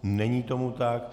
Není tomu tak.